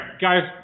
guys